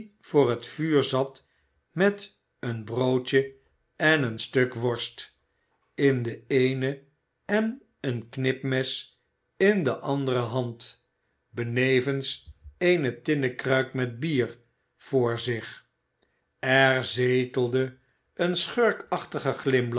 voor het vuur zat met een broodje en een stuk worst in de eene en een knipmes in de andere hand benevens eenen tinnen kruik met bier voor zich er zetelde een